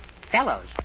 Fellows